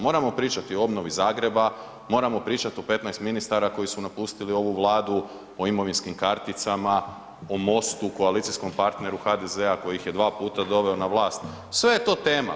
Moramo pričati o obnovi Zagreba, moramo pričati o 15 ministara koji su napustili ovu Vladu, o imovinskim karticama, o MOST-u koalicijskom partneru HDZ-a koji ih je dva puta doveo na vlast, sve je to tema.